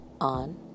on